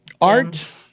art